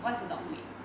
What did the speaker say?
what's the dog breed